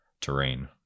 terrain